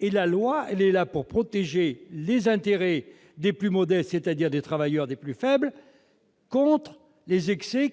et la loi vise à protéger les intérêts des plus modestes, c'est-à-dire des travailleurs les plus faibles, contre les excès